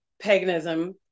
paganism